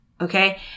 Okay